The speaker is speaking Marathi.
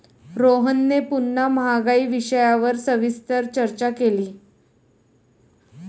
रोहनने पुन्हा महागाई विषयावर सविस्तर चर्चा केली